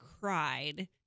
cried